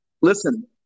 Listen